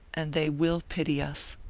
and they will pity us.